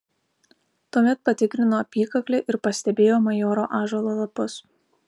tuomet patikrino apykaklę ir pastebėjo majoro ąžuolo lapus